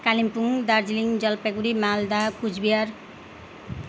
Kalimpong Darjeeling Jalpaiguri Malda Cooch Behar